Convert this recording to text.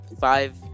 five